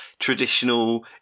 Traditional